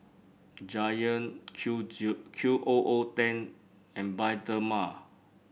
Giant Q Q O O ten and Bioderma